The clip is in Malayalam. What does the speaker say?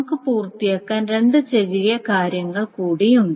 നമുക്ക് പൂർത്തിയാക്കാൻ രണ്ട് ചെറിയ കാര്യങ്ങൾ കൂടി ഉണ്ട്